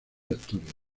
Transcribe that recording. asturias